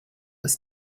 was